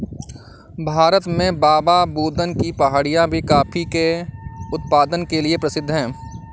भारत में बाबाबुदन की पहाड़ियां भी कॉफी के उत्पादन के लिए प्रसिद्ध है